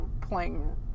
playing